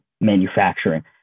manufacturing